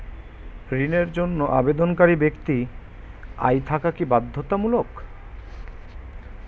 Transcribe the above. ঋণের জন্য আবেদনকারী ব্যক্তি আয় থাকা কি বাধ্যতামূলক?